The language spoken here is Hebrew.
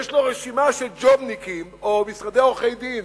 יש לו רשימה של ג'ובניקים או משרדי עורכי-דין